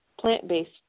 plant-based